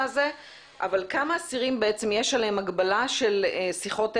אבל על כמה אסירים יש הגבלה של שיחות טלפון?